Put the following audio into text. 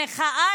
המחאה,